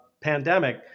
pandemic